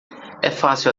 fácil